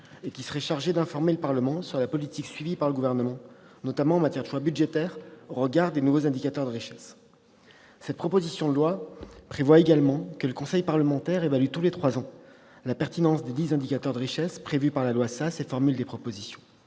et technologiques, chargée « d'informer le Parlement sur la politique suivie par le Gouvernement, notamment en matière de choix budgétaires, au regard de nouveaux indicateurs de richesse ». La proposition de loi prévoit également que ce conseil parlementaire évalue, tous les trois ans, la pertinence desdits indicateurs de richesse prévus par la loi Sas et formule des propositions.